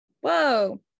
Whoa